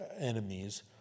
enemies